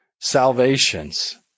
salvations